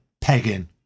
Pegging